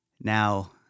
Now